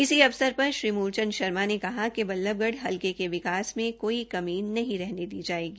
इस अवसर पर श्री मूलचंद शर्मा ने कहा कि बल्लभगढ़ हलके के विकास में कोई कमी नहीं रहने दी जाएगी